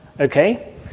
Okay